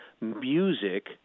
Music